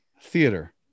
Theater